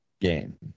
game